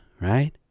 right